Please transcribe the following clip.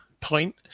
point